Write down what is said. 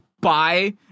buy